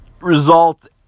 results